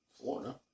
Florida